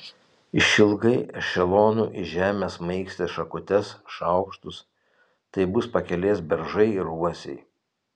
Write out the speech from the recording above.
išilgai ešelonų į žemę smaigstė šakutes šaukštus tai bus pakelės beržai ir uosiai